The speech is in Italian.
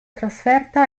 trasferta